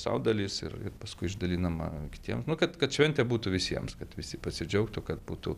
sau dalis ir ir paskui išdalinama kitiem kad kad šventė būtų visiems kad visi pasidžiaugtų kad būtų